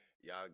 y'all